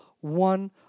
one